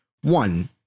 one